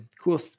Cool